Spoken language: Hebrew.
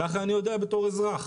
ככה אני יודע בתור אזרח.